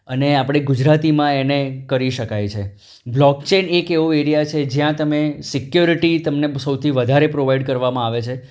અને આપણે ગુજરાતીમાં એને કરી શકાય છે બ્લોકચેન એક એવો એરિયા છે જ્યાં તમે સિક્યોરીટી તમને સૌથી વધારે પ્રોવાઈડ કરવામાં આવે છે